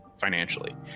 financially